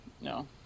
no